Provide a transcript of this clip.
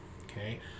okay